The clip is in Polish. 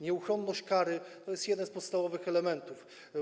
Nieuchronność kary to jest jeden z podstawowych elementów.